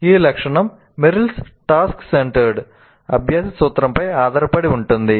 ఈ లక్షణం Merrill's task centred అభ్యాస సూత్రంపై ఆధారపడి ఉంటుంది